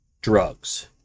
drugs